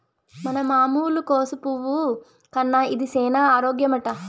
మన మామూలు కోసు పువ్వు కన్నా ఇది సేన ఆరోగ్యమట